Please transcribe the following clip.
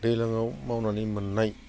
दैज्लाङाव मावनानै मोननाय